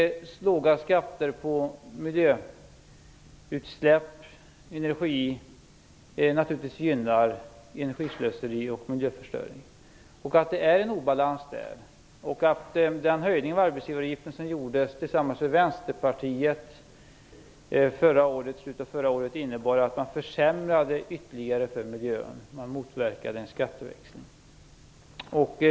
Låga skatter på miljöutsläpp och energi gynnar energislöseri och miljöförstöring. Där råder det en obalans. Den höjning av arbetsgivaravgiften som gjordes tillsammans med Vänsterpartiet i slutet av förra året innebar att man ytterligare försämrade för miljön. Man motverkade en skatteväxling.